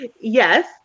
yes